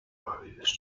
various